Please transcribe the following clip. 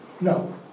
no